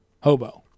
hobo